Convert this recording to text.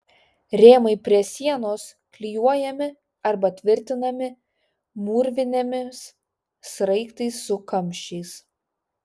rėmai prie sienos klijuojami arba tvirtinami mūrvinėmis sraigtais su kamščiais